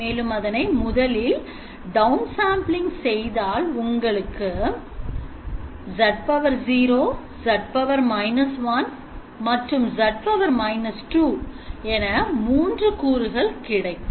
மேலும் அதனை முதலில் downsampling செய்தாள் உங்களுக்கு z 0 z −1 மற்றும் z −2 என 3 கூறுகள் கிடைக்கும்